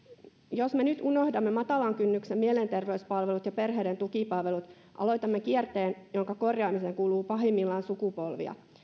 jos me nyt unohdamme matalan kynnyksen mielenterveyspalvelut ja perheiden tukipalvelut aloitamme kierteen jonka korjaamiseen kuluu pahimmillaan sukupolvia